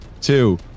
two